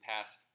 past